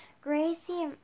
Gracie